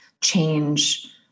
change